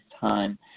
time